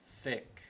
thick